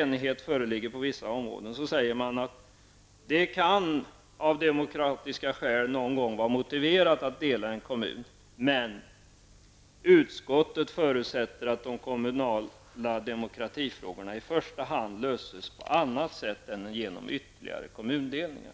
enighet föreligger på vissa områden säger ändå socialdemokraterna att det av demokratiska skäl någon gång kan vara motiverat att dela en kommun. Men utskottet förutsätter att de kommunala demokratifrågorna i första hand löses på annat sätt än genom ytterligare kommundelningar.